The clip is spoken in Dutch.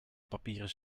papieren